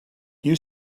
you